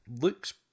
looks